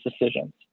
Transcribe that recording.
decisions